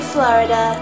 Florida